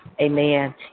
amen